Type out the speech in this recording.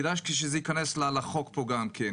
כדאי שזה ייכנס לחוק פה גם כן.